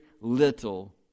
little